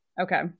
Okay